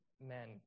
men